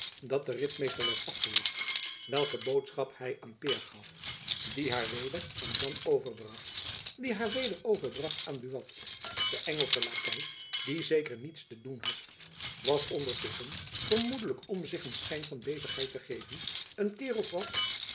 dat de ritmeester werd afgewacht welke boodschap hy aan peer gaf die haar weder aan jan overbracht die haar weder overbracht aan buat de engelsche lakei die zeker niets te doen had was ondertusschen vermoedelijk om zich een schijn van bezigheid te geven een keer of wat